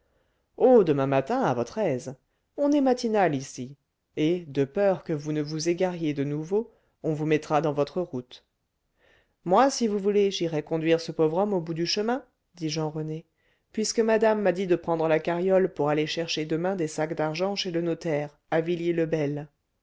oh demain matin à votre aise on est matinal ici et de peur que vous ne vous égariez de nouveau on vous mettra dans votre route moi si vous voulez j'irai conduire ce pauvre homme au bout du chemin dit jean rené puisque madame m'a dit de prendre la carriole pour aller chercher demain des sacs d'argent chez le notaire à villiers le bel